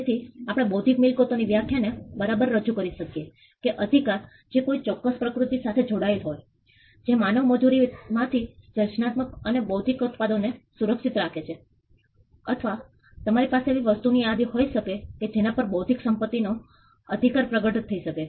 તેથી આપણે બૌદ્ધિક મિલકતો ની વ્યાખ્યાને બરાબર રજૂ કરી શકીએ કે અધિકાર જે કોઈ ચોક્કસ પ્રકૃતિ સાથે જોડાયેલા હોય જે માનવ મજૂરીમાંથી સર્જનાત્મક અને બૌદ્ધિક ઉત્પાદનોને સુરક્ષિત રાખે છે અથવા તમારી પાસે એવી વસ્તુઓની યાદી હોઈ શકે છે જેના પર બૌદ્ધિક સંપત્તિનો અધિકાર પ્રગટ થઈ શકે